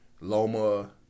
Loma